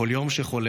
בכל יום שחולף,